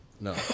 No